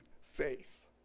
faith